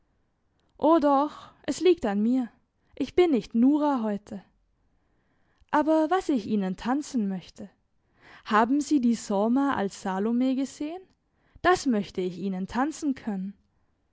o doch es liegt an mir ich bin nicht nora heute aber was ich ihnen tanzen möchte haben sie die sorma als salome gesehen das möchte ich ihnen tanzen können